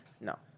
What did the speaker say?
No